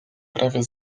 prawie